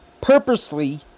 purposely